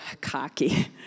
cocky